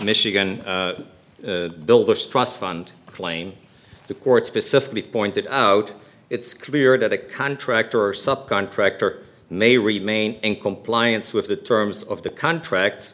michigan builders trust fund claim the court specifically pointed out it's clear that a contractor or sub contractor may remain in compliance with the terms of the contract